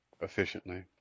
efficiently